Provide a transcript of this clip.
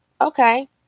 okay